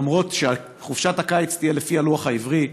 שאומרות שחופשת הקיץ תהיה לפי הלוח העברי,